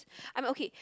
I'm okay